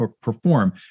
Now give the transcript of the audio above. perform